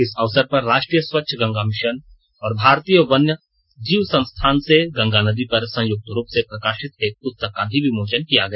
इस अवसर पर राष्ट्रीय स्वच्छ गंगा मिशन और भारतीय वन्य जीव संस्थान से गंगा नदी पर संयुक्त रूप से प्रकाशित एक पुस्तक का भी विमोचन किया गया